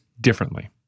differently